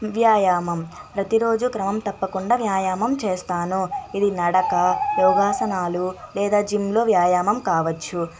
వ్యాయామం ప్రతిరోజు క్రమం తప్పకుండా వ్యాయామం చేస్తాను ఇది నడక యోగాసనాలు లేదా జిమ్లో వ్యాయామం కావచ్చు